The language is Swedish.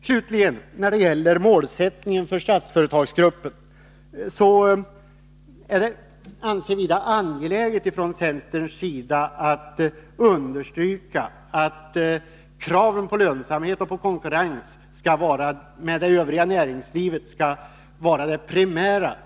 När det slutligen gäller målsättningen för Statsföretagsgruppen anser vi från centern det angeläget att understryka att kraven på lönsamhet och konkurrens med det övriga näringslivet skall vara det primära.